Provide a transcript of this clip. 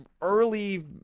early